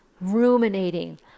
ruminating